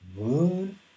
Moon